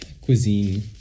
cuisine